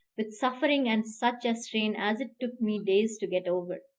with suffering and such a strain as it took me days to get over.